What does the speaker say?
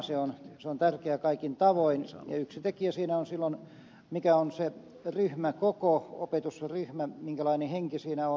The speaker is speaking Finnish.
se on tärkeää kaikin tavoin ja yksi tekijä siinä on silloin mikä on se ryhmäkoko opetusryhmä minkälainen henki siinä on